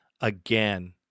again